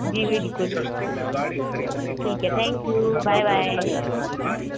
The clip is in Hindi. जी बिल्कुल ठीक है थैन्क यू बाइ बाइ